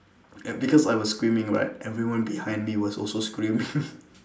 and because I was screaming right everyone behind me was also screaming